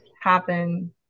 happen